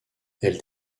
elles